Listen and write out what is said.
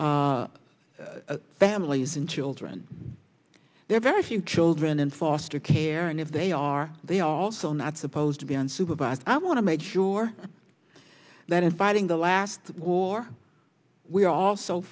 families and children there are very few children in foster care and if they are they also not suppose to be unsupervised i want to make sure that in fighting the last war we are also